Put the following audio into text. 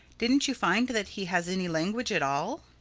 didn't you find that he has any language at all?